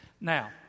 Now